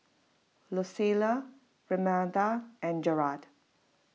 Lucile Renada and Gearld